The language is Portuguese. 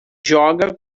joga